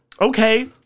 okay